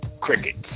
Crickets